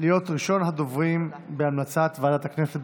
להיות ראשון הדוברים על המלצת ועדת הכנסת.